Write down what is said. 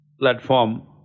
platform